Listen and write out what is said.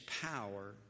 power